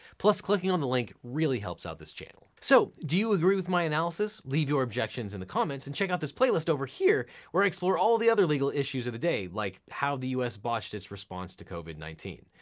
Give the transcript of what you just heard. plus, clicking on the link really helps out this channel. so do you agree with my analysis? leave your objections in the comments, and check out this playlist over here where i explore all the other legal issues of the day, like how the us botched its response to the covid nineteen.